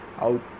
out